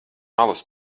alus